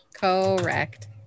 Correct